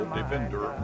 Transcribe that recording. Defender